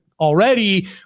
already